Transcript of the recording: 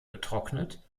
getrocknet